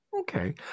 Okay